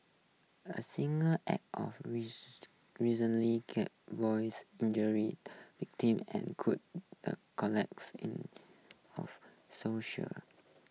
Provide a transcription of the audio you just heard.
a single act of recently injures victim and counds the collects of social